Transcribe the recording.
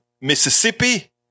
Mississippi